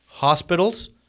hospitals